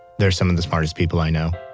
they're some of the smartest people i know,